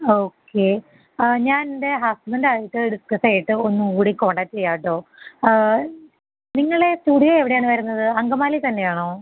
okay ഞാൻ എൻ്റെ husband ആയിട്ട് ഡിസ്കസ് ചെയ്തിട്ട് ഒന്നുകൂടി കോണ്ടാക്റ്റ് ചെയ്യാം കേട്ടോ നിങ്ങളെ സ്റ്റുഡിയോ എവിടെയാണ് വരുന്നത് അങ്കമാലി തന്നെയാണോ